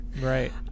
Right